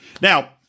Now